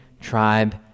tribe